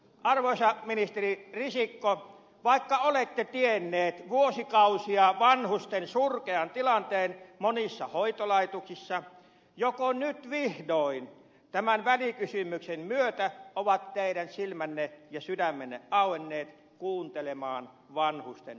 arvoisa ministeri risikko vaikka olette tiennyt vuosikausia vanhusten surkean tilanteen monissa hoitolaitoksissa joko nyt vihdoin tämän välikysymyksen myötä ovat teidän silmänne ja sydämenne auenneet kuuntelemaan vanhusten avunpyyntöjä